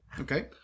Okay